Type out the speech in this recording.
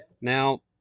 Now